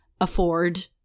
afford